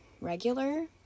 regular